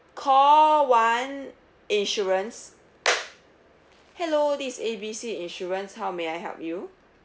call one insurance hello this is A B C insurance how may I help you